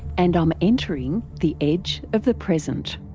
and i'm entering the edge of the present.